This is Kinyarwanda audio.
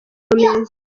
meza